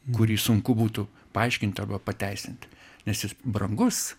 kurį sunku būtų paaiškinti arba pateisinti nes jis brangus